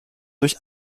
durch